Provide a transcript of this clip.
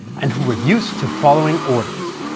and who were used to following orders.